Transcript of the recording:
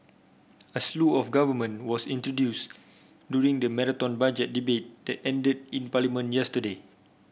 a slew of government was introduced during the Marathon Budget Debate that ended in Parliament yesterday